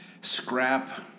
scrap